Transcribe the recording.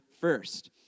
first